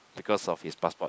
because of his passport